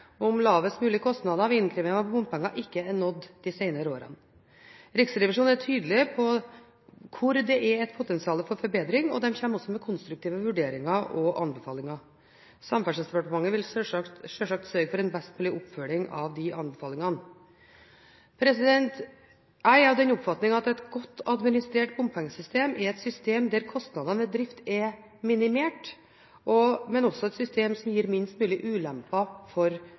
om lavest mulig kostnader ved innkreving av bompenger ikke er nådd de senere årene. Riksrevisjonen er tydelig på hvor det er potensiale for forbedring, og de kommer også med konstruktive vurderinger og anbefalinger. Samferdselsdepartementet vil selvsagt sørge for en best mulig oppfølging av de anbefalingene. Jeg er av den oppfatning at et godt administrert bompengesystem er et system der kostnadene ved drift er minimert, og også et system som gir minst mulige ulemper for